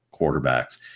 quarterbacks